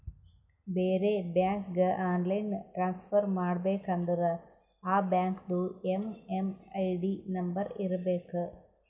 ಬೇರೆ ಬ್ಯಾಂಕ್ಗ online transfer ಮಾಡಬೇಕ ಅಂದುರ್ ಆ ಬ್ಯಾಂಕ್ದು ಎಮ್.ಎಮ್.ಐ.ಡಿ ನಂಬರ್ ಇರಬೇಕ